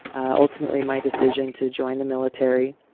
ultimately, my decision to join the military,